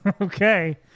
Okay